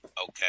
Okay